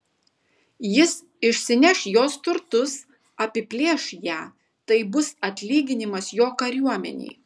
jis išsineš jos turtus apiplėš ją tai bus atlyginimas jo kariuomenei